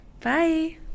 Bye